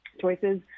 choices